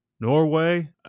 Norway